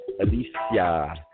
Alicia